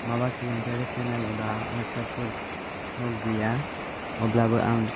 माबा सोलोंथाइयारि सेनेल एबा वेबसाइटफोरथ' गैया अब्लाबो आं